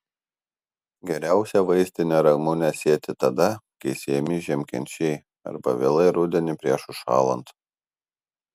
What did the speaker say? geriausia vaistinę ramunę sėti tada kai sėjami žiemkenčiai arba vėlai rudenį prieš užšąlant